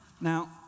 Now